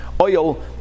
oil